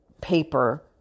paper